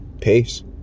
Peace